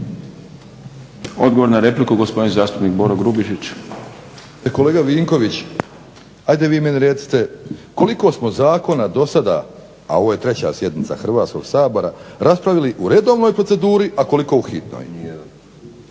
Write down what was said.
Odgovor na repliku, gospodin zastupnik Boro Grubišić. **Grubišić, Boro (HDSSB)** Kolega Vinković, ajde vi meni recite koliko smo zakona do sada, a ovo je 3. sjednica Hrvatskog sabora, raspravili su u redovnoj proceduri, a koliko u hitnoj.